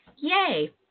Yay